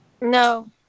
No